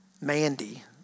Mandy